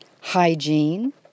hygiene